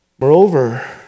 Moreover